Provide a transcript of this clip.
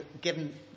given